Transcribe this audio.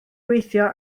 gweithio